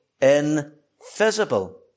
invisible